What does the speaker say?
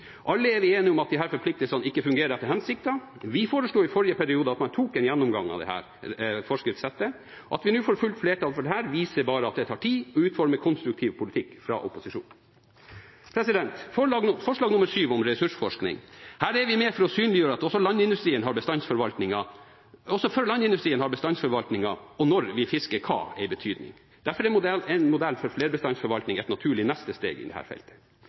Alle er enige om at disse forpliktelsene ikke fungerer etter hensikten. Vi foreslo i forrige periode å ta en gjennomgang av dette forskriftssettet. At vi nå får fullt flertall for dette, viser bare at det tar tid å utforme konstruktiv politikk fra opposisjonen. Når det gjelder, VII om ressursforskning, er vi med for å synliggjøre at også for landindustrien har bestandsforvaltningen og når vi fisker hva en betydning. Derfor er en modell for flerbestandsforvaltning et naturlig neste steg innen dette feltet.